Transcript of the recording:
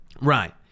Right